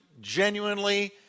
genuinely